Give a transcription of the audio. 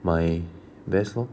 my best lor